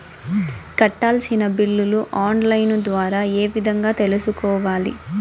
కట్టాల్సిన బిల్లులు online ద్వారా ఏ విధంగా తెలుసుకోవాలి?